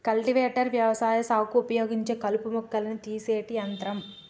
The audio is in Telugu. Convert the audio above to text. కల్టివేటర్ వ్యవసాయ సాగుకు ఉపయోగించే కలుపు మొక్కలను తీసేటి యంత్రం